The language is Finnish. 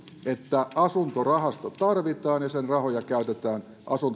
että asuntorahasto tarvitaan ja sen rahoja käytetään